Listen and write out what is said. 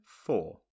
four